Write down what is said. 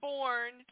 Born